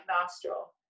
nostril